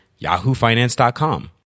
yahoofinance.com